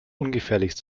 ungefährlich